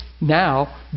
now